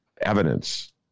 evidence